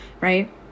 Right